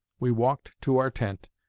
we walked to our tent,